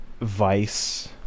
Vice